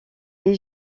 est